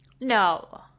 No